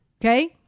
Okay